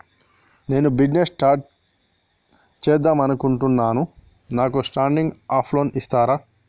నేను business start చేద్దామనుకుంటున్నాను నాకు స్టార్టింగ్ అప్ లోన్ ఇస్తారా?